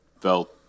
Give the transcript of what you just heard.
felt